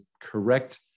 correct